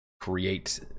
create